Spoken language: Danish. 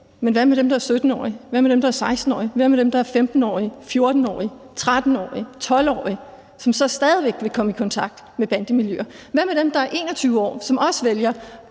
Hvad med dem, der er 15-årige, 14-årige, 13-årige, 12-årige, og som så stadig væk vil komme i kontakt med bandemiljøer? Hvad med dem, der er 21 år, og som også vælger